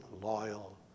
loyal